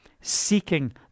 seeking